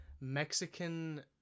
Mexican